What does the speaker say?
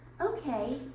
Okay